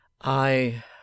I